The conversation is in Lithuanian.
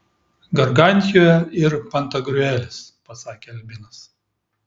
gargantiua ir pantagriuelis pasakė albinas